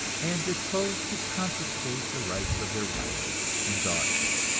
and disposed to confiscate the rights of their wives and daughters.